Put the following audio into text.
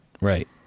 right